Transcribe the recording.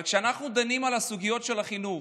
אבל כשאנחנו דנים בסוגיות של חינוך,